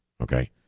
okay